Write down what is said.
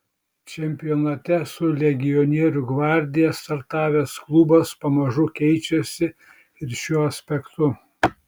čempionate su legionierių gvardija startavęs klubas pamažu keičiasi ir šiuo aspektu